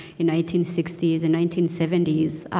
in nineteen sixty s, in nineteen seventy s.